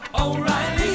O'Reilly